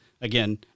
again